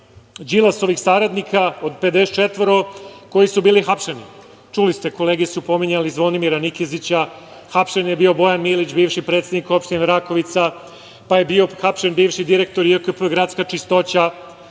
Đilasovih saradnika od 54 koji su bili hapšeni. Čuli ste, kolege su pominjali Zvonimira Nikezića, hapšen je bio Bojan Milić, bivši predsednik Opštine Rakovica, pa je bio hapšen bivši direktor JKP „Gradska čistoća“